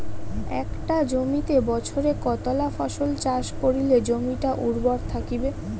একটা জমিত বছরে কতলা ফসল চাষ করিলে জমিটা উর্বর থাকিবে?